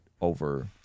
over